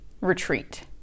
retreat